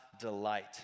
delight